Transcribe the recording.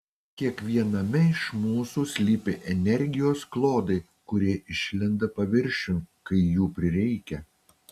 kiekviename iš mūsų slypi energijos klodai kurie išlenda paviršiun kai jų prireikia